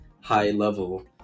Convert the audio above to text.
high-level